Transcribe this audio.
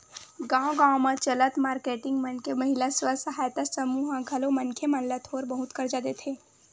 गाँव गाँव म चलत मारकेटिंग मन के महिला स्व सहायता समूह ह घलो मनखे मन ल थोर बहुत करजा देथे